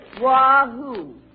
wahoo